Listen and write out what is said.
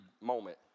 moment